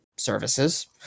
Services